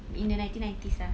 in the nineteen nineties ah